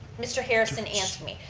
mr. harrison asked me.